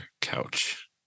couch